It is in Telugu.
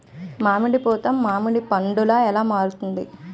మామిడి పూత మామిడి పందుల ఎలా మారుతుంది?